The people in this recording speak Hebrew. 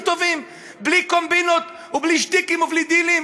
טובים בלי קומבינות ובלי שטיקים ובלי דילים?